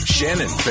Shannon